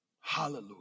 Hallelujah